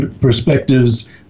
perspectives